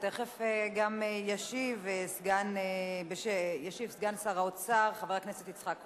ותיכף גם ישיב סגן שר האוצר חבר הכנסת יצחק כהן.